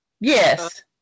yes